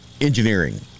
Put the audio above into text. Engineering